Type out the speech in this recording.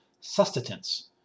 Sustenance